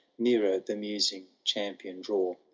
nearer the musing champion draw.